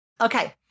Okay